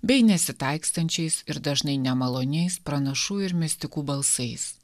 bei nesitaikstančiais ir dažnai nemaloniais pranašų ir mistikų balsais